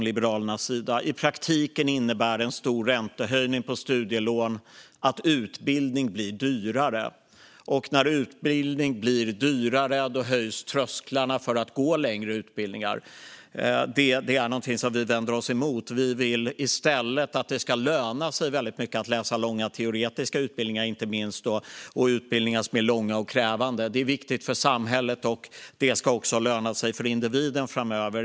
I praktiken innebär en stor räntehöjning på studielån att utbildning blir dyrare, och när utbildning blir dyrare höjs trösklarna för att gå längre utbildningar. Det är något som vi vänder oss mot. Vi vill i stället att det ska löna sig väldigt mycket att läsa utbildningar som är långa och krävande, inte minst teoretiska utbildningar. Det är viktigt för samhället, och det ska också löna sig för individen framöver.